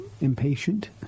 impatient